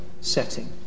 setting